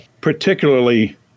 particularly